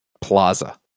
plaza